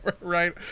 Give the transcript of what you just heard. right